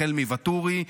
החל מוואטורי.